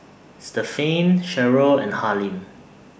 Stephaine Sherrill and Harlene